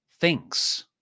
thinks